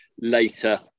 later